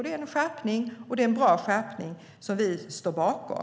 Det är en bra skärpning som vi står bakom.